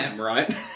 right